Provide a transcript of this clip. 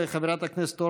חבר הכנסת מתן כהנא,